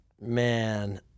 man